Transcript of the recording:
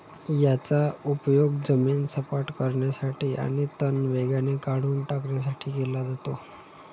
याचा उपयोग जमीन सपाट करण्यासाठी आणि तण वेगाने काढून टाकण्यासाठी केला जातो